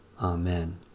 Amen